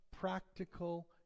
Practical